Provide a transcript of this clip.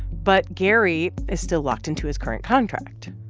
but gary is still locked into his current contract.